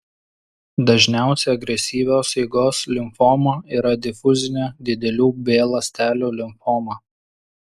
dažniausia agresyvios eigos limfoma yra difuzinė didelių b ląstelių limfoma